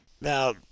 Now